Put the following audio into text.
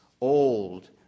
old